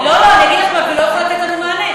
לא, אני אגיד לך מה, הוא לא יכול לתת לנו מענה.